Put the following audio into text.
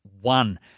One